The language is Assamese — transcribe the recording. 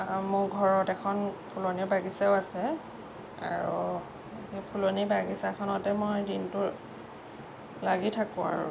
অঁ মোৰ ঘৰত এখন ফুলনি বাগিচাও আছে আৰু সেই ফুলনি বাগিচাখনতে মই দিনটো লাগি থাকোঁ আৰু